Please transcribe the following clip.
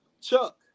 Chuck